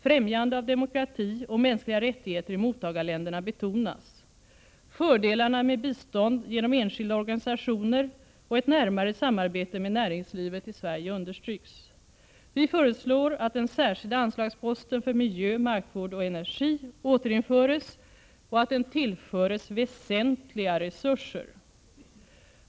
Främjande av demokrati och mänskliga rättigheter i mottagarländerna betonas. Fördelarna med bistånd genom enskilda organisationer och ett närmare samarbete med näringslivet i Sverige understryks. Vi föreslår att den särskilda anslagsposten för miljö, markvård och energi återinförs och att den tillförs väsentliga resurser.